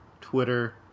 Twitter